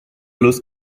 luz